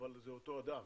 אבל זה אותו אדם,